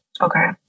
Okay